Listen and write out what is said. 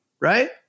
right